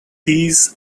these